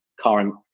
current